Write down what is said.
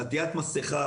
עטיית מסכה,